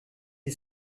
des